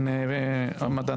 בבקשה.